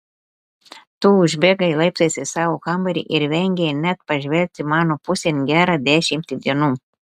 tu užbėgai laiptais į savo kambarį ir vengei net pažvelgti mano pusėn gerą dešimtį dienų